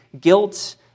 guilt